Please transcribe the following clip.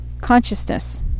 consciousness